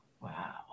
Wow